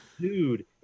Dude